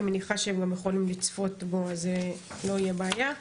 אני מניחה שהם גם יכולים לצפות בו אז לא תהיה בעיה.